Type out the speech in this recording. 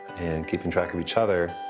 and keeping track of each other.